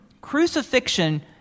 crucifixion